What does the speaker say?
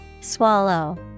Swallow